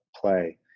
play